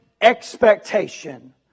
expectation